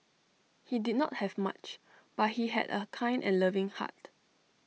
he did not have much but he had A kind and loving heart